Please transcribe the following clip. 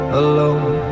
alone